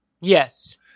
Yes